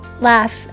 laugh